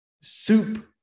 Soup